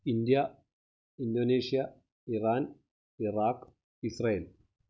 India Indonesia Iran Iraq Israel